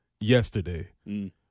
yesterday